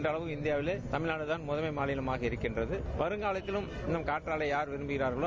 இந்த அளவ இந்திபாவிலேயே தமிழ்நாடுதான் முதன்மை மாநிலமாக இருக்கின்றது வருங்காலத்திலம் இன்றும் காற்றாலை யார் விரும்புகிறார்களோ